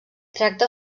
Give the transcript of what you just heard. tracta